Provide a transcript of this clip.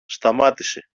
σταμάτησε